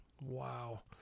wow